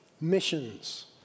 Missions